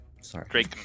Sorry